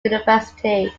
university